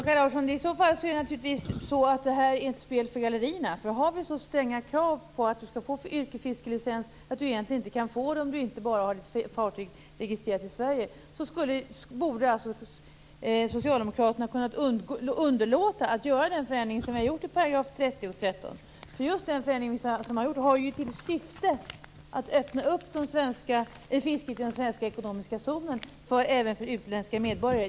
Fru talman! I så fall är det här ett spel för gallerierna, Kaj Larsson. Har vi så stränga krav för att man skall få yrkesfiskelicens att man egentligen inte kan få det om man inte bara har sitt fartyg registrerat i Sverige borde socialdemokraterna ha kunnat underlåta att föreslå dessa förändringar i 13 § och 30 §. De förändringarna har ju till syfte att öppna fisket i den svenska ekonomiska zonen även för utländska medborgare.